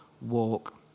walk